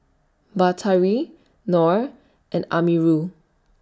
Batari Nor and Amirul